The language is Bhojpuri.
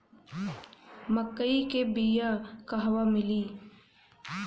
मक्कई के बिया क़हवा मिली?